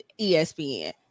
ESPN